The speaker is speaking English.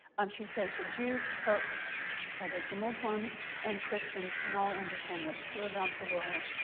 um she says the jews, turks that is, the muslims and christians can all understand what's true about the world.